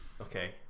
Okay